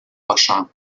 pasha